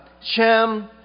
Shem